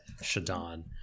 Shadon